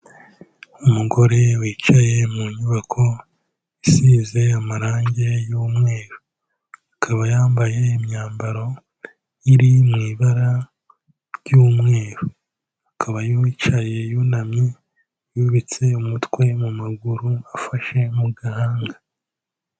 Umugore wicaye mu nyubako isize amarangi y'umweru, akaba yambaye imyambaro iri mu ibara ry'umweru, akaba yicaye, yunamye, yubitse umutwe mu maguru afashe mu gahanga.